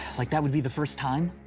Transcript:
like that would be the first time?